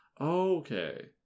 Okay